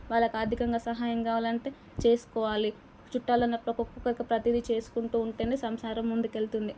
వాళ్ళకి ఆర్ధికంగా సహాయం కావాలంటే చేసుకోవాలి చుట్టాలున్నపుడు ఒకొక్కరికి ప్రతీది చేసుకుంటూ ఉంటేనే సంసారం ముందుకెళ్తుంది